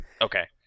Okay